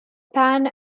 pan